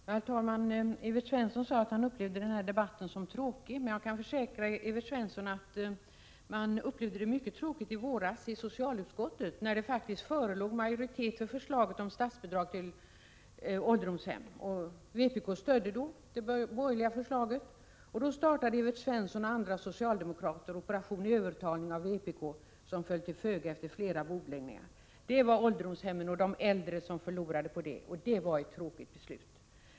Herr talman! Evert Svensson sade att han upplevde debatten som tråkig. Men jag kan försäkra Evert Svensson att man upplevde det som mycket tråkigt i socialutskottet i våras, när det faktiskt förelåg majoritet för förslaget om statsbidrag till ålderdomshem. Vpk stödde det borgerliga förslaget, och Evert Svensson och andra socialdemokrater startade då operation övertalning av vpk, som föll till föga efter flera bordläggningar. Det var ålderdomshemmen och de äldre som förlorade på det, och det var ett tråkigt beslut.